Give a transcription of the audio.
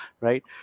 Right